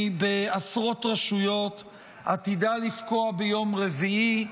בעשרות רשויות עתידה לפקוע ביום רביעי,